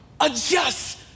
Adjust